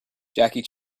jackie